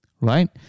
right